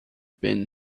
been